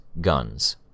guns